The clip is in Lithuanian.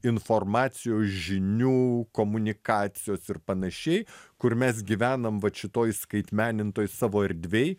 informacijos žinių komunikacijos ir panašiai kur mes gyvename vat šitoj įskaitmenintoj savo erdvėj